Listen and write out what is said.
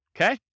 Okay